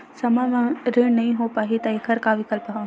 समय म ऋण नइ हो पाहि त एखर का विकल्प हवय?